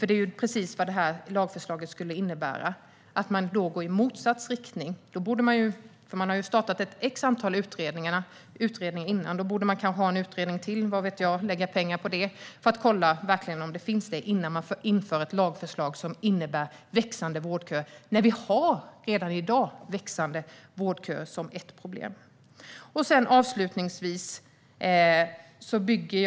Det är precis vad lagförslaget innebär. Då går man i motsatt riktning. Ett antal utredningar har startats, och då kan man lägga pengar på ännu en utredning - vad vet jag - för att kolla om det finns undanträngningseffekter innan ett lagförslag läggs fram som kommer att innebära växande vårdköer. Växande vårdköer är redan i dag ett problem.